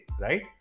right